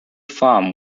farm